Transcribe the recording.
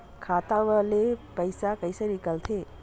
खाता मा ले पईसा कइसे निकल थे?